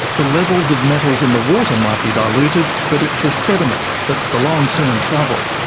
the levels of metals in the water might be diluted, but it's the sediment that's the long-term trouble.